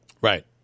Right